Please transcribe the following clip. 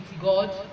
God